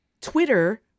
Twitter